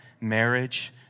marriage